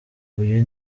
uyu